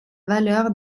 valeur